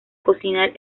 cocinar